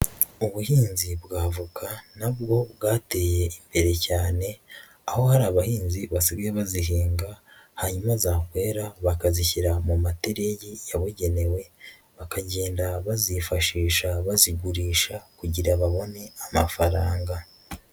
Ubuhinzi bwa avoka na bwo bwateye imbere cyane, aho hari abahinzi basigaye bazihinga, hanyuma zakwera bakazishyira mu matereyi yabugenewe, bakagenda bazifashisha bazigurisha, kugira ngo babone amafaranga.